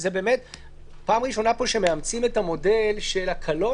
זו פעם ראשונה פה שמאמצים את המודל של הקלות